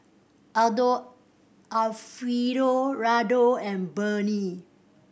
Aldo Alfio Raldo and Burnie